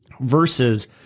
versus